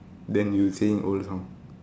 then you sing old song